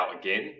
again